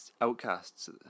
outcasts